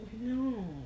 No